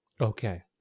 Okay